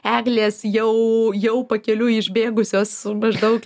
eglės jau jau pakeliui išbėgusios maždaug